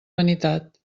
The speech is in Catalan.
vanitat